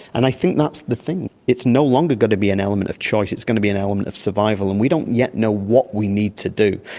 and i think that's the thing, it's no longer going to be an element of choice it's going to be an element of survival, and we don't yet know what we need to do.